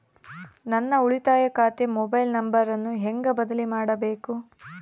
ನನ್ನ ಉಳಿತಾಯ ಖಾತೆ ಮೊಬೈಲ್ ನಂಬರನ್ನು ಹೆಂಗ ಬದಲಿ ಮಾಡಬೇಕು?